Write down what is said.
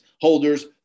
holders